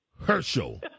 Herschel